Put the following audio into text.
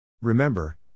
Remember